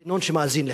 אין מנגנון שמאזין לך.